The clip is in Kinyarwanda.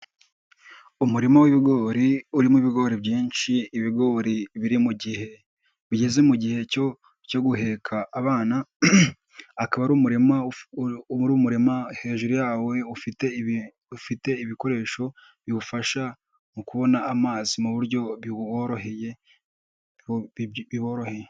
Umuririmo w'ibigori, urimo ibigori byinshi, ibigori biri mu gihe, bigeze mu gihe cyo guheka abana, akaba ari umurima hejuru yawo ufite ibikoresho biwufasha mu kubona amazi mu buryo biworoheye.